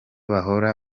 bahora